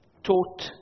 Taught